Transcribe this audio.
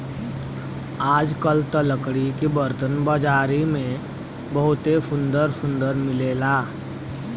आजकल त लकड़ी के बरतन बाजारी में बहुते सुंदर सुंदर मिलेला